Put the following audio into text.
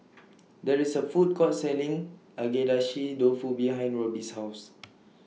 There IS A Food Court Selling Agedashi Dofu behind Roby's House